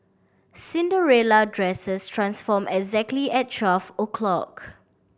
Cinderella dresses transformed exactly at twelve o' clock